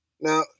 Now